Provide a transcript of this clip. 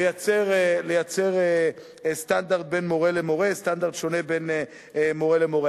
לייצר סטנדרט שונה בין מורה למורה.